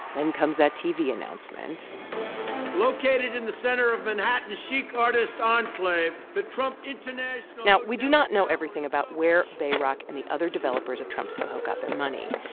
and comes that tv announcement located in the center of manhattan's chic artist enclave, the trump international. now, we do not know everything about where bayrock and the other developers of trump soho got their money.